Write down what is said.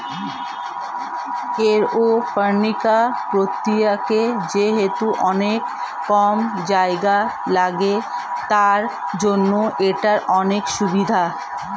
aeroponics প্রক্রিয়াতে যেহেতু অনেক কম জায়গা লাগে, তার জন্য এটার অনেক সুভিধা